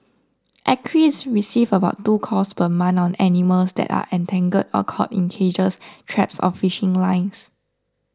Acres receives about two calls per month on animals that are entangled or caught in cages traps or fishing lines